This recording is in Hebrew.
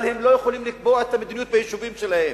אבל הם לא יכולים לקבוע את המדיניות ביישובים שלהם.